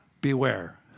Beware